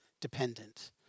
dependent